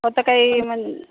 आता काही म्हण